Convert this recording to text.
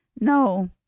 no